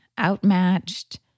outmatched